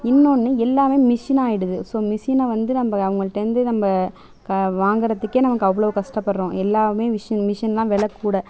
இன்னொன்று எல்லாம் மிஷினாகிடுது ஸோ மிஷினை வந்து நம்ம அவங்கள்டேருந்து நம்ம வாங்குறதுக்கே நமக்கு அவ்வளோ கஷ்டப்படுறோம் எல்லாம் மிஷின் மிஷின் தான் வெலை கூட